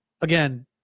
Again